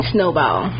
Snowball